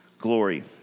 glory